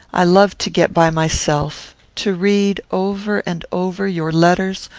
i love to get by myself to read, over and over, your letters,